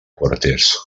quarters